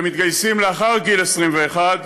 והם מתגייסים לאחר גיל 21,